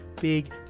big